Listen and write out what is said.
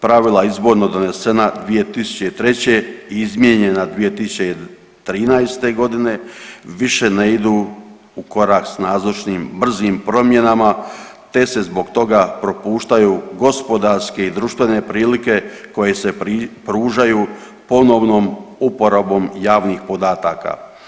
Pravila izborno donesena 2003. i izmijenjena 2013. godine više ne idu u korak s nazočnim brzim promjenama, te se zbog toga propuštaju gospodarske i društvene prilike koje se pružaju ponovnom uporabom javnih podataka.